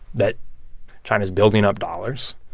that china is building up dollars.